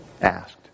asked